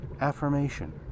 Affirmation